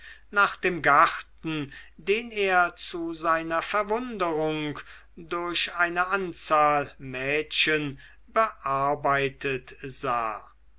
nach dem garten den er zu seiner verwunderung durch eine anzahl mädchen bearbeitet sah